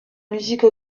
musique